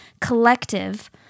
collective